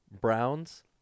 Browns